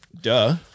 duh